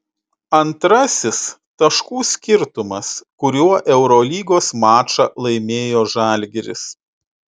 antrasis taškų skirtumas kuriuo eurolygos mačą laimėjo žalgiris